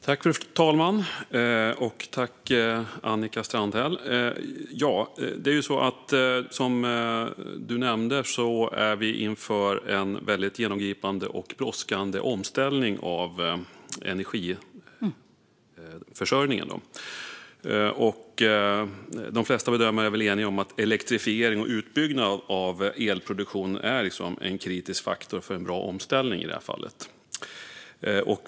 Fru talman! Tack, Annika Strandhäll! Som du nämnde står vi inför en väldigt genomgripande och brådskande omställning av energiförsörjningen. De flesta bedömare är väl eniga om att elektrifiering och utbyggnad av elproduktion är en kritisk faktor för en bra omställning i det här fallet.